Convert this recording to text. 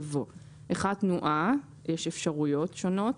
יבוא: "(1)תנועה (ויש כאן אפשרויות שונות).